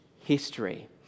history